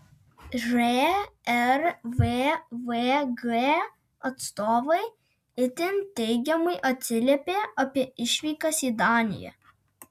žrvvg atstovai itin teigiamai atsiliepė apie išvykas į daniją